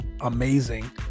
amazing